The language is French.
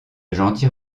gentils